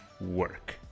work